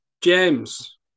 James